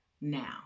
Now